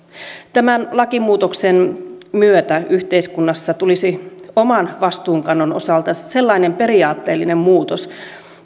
tämän lakimuutoksen myötä yhteiskunnassa tulisi oman vastuunkannon osalta sellainen periaatteellinen muutos